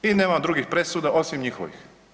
I nema drugih presuda osim njihovih.